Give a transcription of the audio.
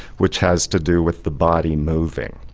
which has to do with the body moving.